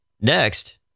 Next